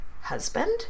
husband